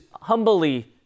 humbly